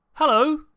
Hello